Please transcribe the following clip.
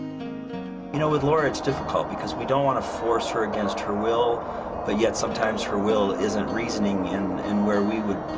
you know with laura it is difficult because we don't want to force her against her will but yet sometimes her will isn't reasoning in and where we would,